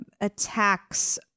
attacks